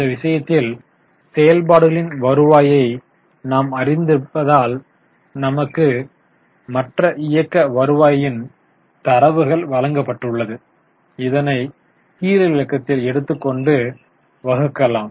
இந்த விஷயத்தில் செயல்பாடுகளின் வருவாயை நாம் அறிந்திருப்பதால் நமக்கு மற்ற இயக்க வருவாயின் தரவுகள் வழங்கப்பட்டுள்ளது இதனை கிழிலக்கத்தில் எடுத்து கொண்டு வகுக்கலாம்